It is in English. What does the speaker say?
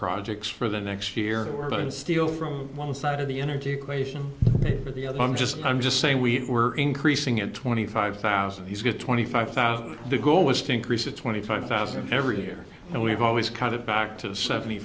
projects for the next year we're going to steal from one side of the energy equation but the other i'm just i'm just saying we were increasing at twenty five thousand he's got twenty five thousand the goal was to increase a twenty five thousand every year and we've always kind of back to seventy